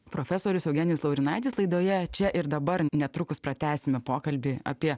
profesorius eugenijus laurinaitis laidoje čia ir dabar netrukus pratęsime pokalbį apie